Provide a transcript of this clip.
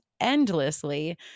endlessly